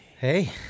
Hey